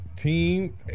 Team